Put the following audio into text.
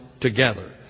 together